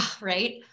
right